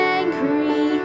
angry